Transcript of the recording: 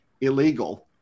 illegal